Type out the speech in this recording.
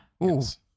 Yes